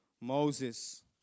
Moses